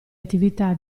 attività